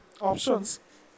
options